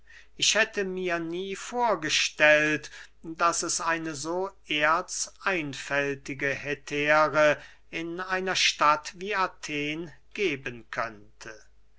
ich hätte mir nie vorgestellt daß es eine so erzeinfältige hetäre in einer stadt wie athen geben könnte